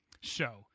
show